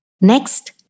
Next